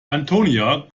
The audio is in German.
antonia